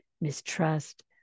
mistrust